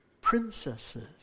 princesses